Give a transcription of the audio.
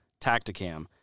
Tacticam